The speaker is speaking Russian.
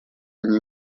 они